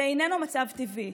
זה איננו מצב טבעי.